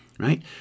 right